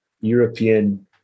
european